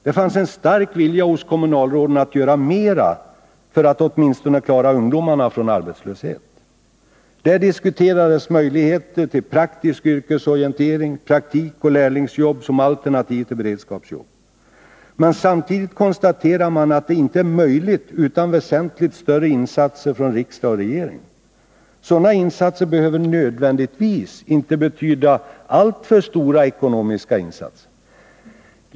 Det fanns en stark vilja hos kommunalråden att göra mer för att klara åtminstone ungdomarna från arbetslöshet. Där diskuterades möjligheterna till praktisk yrkesorientering samt praktikoch lärlingsjobb som alternativ till beredskapsarbeten. Men samtidigt konstaterade man att detta inte är möjligt utan väsentligt större insatser från riksdag och regering. Sådana insatser behöver inte nödvändigtvis betyda alltför stora ekonomiska insatser.